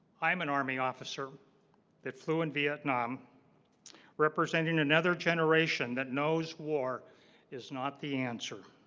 i'm an army officer that flew in vietnam representing another generation that knows war is not the answer